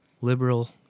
Liberal